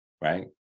Right